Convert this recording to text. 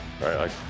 right